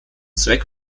zweck